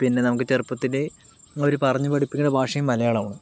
പിന്നെ നമുക്ക് ചെറുപ്പത്തിൽ അവർ പറഞ്ഞു പഠിപ്പിക്കുന്ന ഭാഷയും മലയാളമാണ്